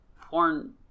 Porn